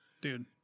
dude